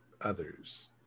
others